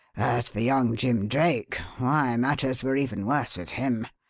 as for young jim drake why, matters were even worse with him.